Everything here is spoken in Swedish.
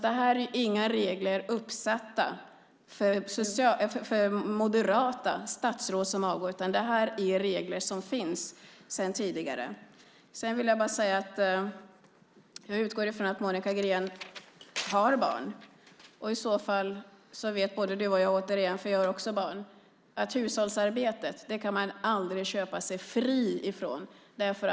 Det här är inga regler som är uppsatta för moderata statsråd som avgår, utan dessa regler finns sedan tidigare. Jag utgår från att Monica Green har barn. I så fall vet både du och jag, för jag har också barn, att man aldrig kan köpa sig fri från hushållsarbetet.